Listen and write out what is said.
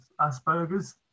Asperger's